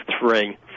three